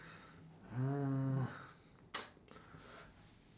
uh